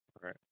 right